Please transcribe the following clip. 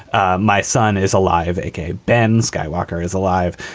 ah my son is alive. a k a ben skywalker is alive.